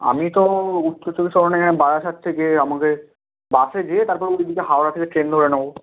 আমি তো উত্তর চব্বিশ পরগনা এখানে বারাসাত থেকে আমাকে বাসে যেয়ে তারপর ওইদিকে হাওড়া থেকে ট্রেন ধরে নেব